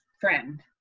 friend